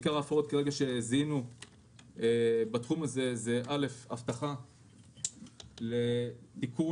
עיקר ההפרות שזיהינו בתחום הזה הן הבטחה לתיקון